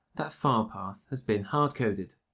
that file path has been hard coded.